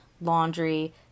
laundry